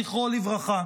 זכרו לברכה.